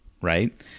right